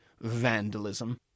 vandalism